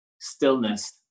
stillness